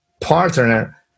partner